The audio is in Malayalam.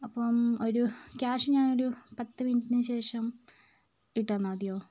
അപ്പം ഒരു ക്യാഷ് ഞാനൊരു പത്തു മിനിറ്റിനു ശേഷം ഇട്ടാൽ മതിയോ